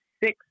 Six